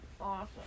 Awesome